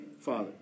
father